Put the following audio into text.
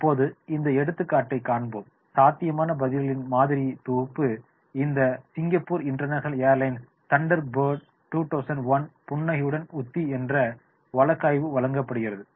இப்போது இந்த எடுத்துக்காட்டை காண்போம் சாத்தியமான பதில்களின் மாதிரி தொகுப்பு இந்த பிரிவில் சிங்கப்பூர் இன்டர்நேஷனல் ஏர்லைன்ஸுக்கு தண்டர்பேர்ட் 2001 புன்னகையுடன் உத்தி என்ற வழக்காய்வு வழங்கப்படுகிறது